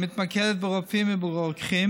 מתמקדת ברופאים וברוקחים